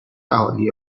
اهالی